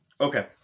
Okay